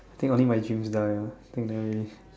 I think only my dreams die ah take that way